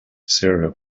sarah